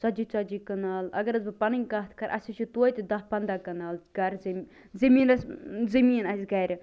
ژتجی ژتجی کَنال اگر حظ بہٕ پنٕنۍ کَتھ کرٕ اسہِ حظ چھِ توتہِ دَہ پنٛداہ کَنال گھرٕ زمیٖن زمیٖنَس زٔمیٖن اسہِ گھرِ